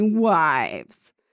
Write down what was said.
wives